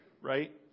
right